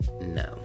no